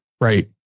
right